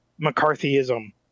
McCarthyism